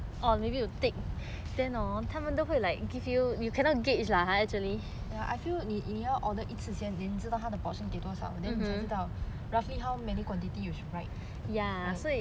actually I feel 你要你要 order 一次先 then 你知道他的 portion 给多少 then 你才知道 roughly how many quantity you should write